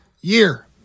year